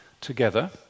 together